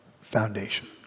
foundation